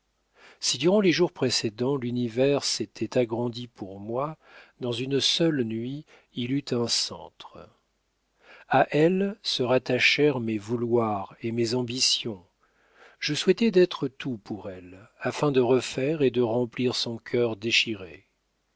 si durant les jours précédents l'univers s'était agrandi pour moi dans une seule nuit il eut un centre a elle se rattachèrent mes vouloirs et mes ambitions je souhaitai d'être tout pour elle afin de refaire et de remplir son cœur déchiré